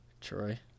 troy